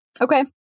Okay